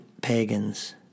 pagans